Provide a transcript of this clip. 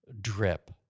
drip